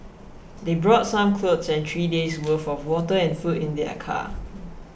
they brought some clothes and three days' worth of water and food in their car